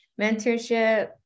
mentorship